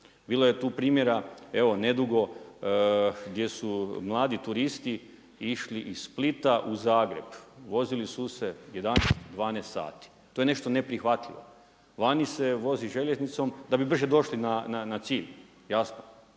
Bilo je tu primjera evo nedugo gdje su mladi turisti išli iz Splita u Zagreb, vozili su se 11, 12 sati, to je nešto neprihvatljivo. Vani se vozi željeznicom da bi brže došli na cilj, jasno